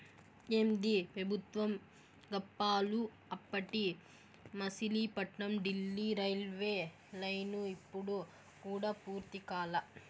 ఏందీ పెబుత్వం గప్పాలు, అప్పటి మసిలీపట్నం డీల్లీ రైల్వేలైను ఇప్పుడు కూడా పూర్తి కాలా